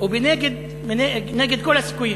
ונגד כל הסיכויים.